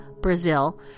brazil